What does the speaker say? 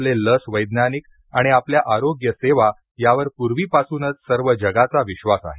आपले लस वेज्ञानिक आणि आपल्या आरोग्य सेवा यावर पूर्वीपासूनच सर्व जगाचा विश्वास आहे